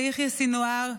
ליחיא סנוואר,